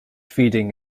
feeding